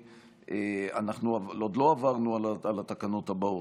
אנחנו עוד לא עברנו על התקנות הבאות,